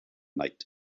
night